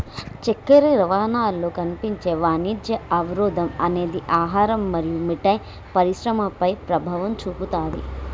చక్కెర రవాణాలో కనిపించే వాణిజ్య అవరోధం అనేది ఆహారం మరియు మిఠాయి పరిశ్రమపై ప్రభావం చూపుతాది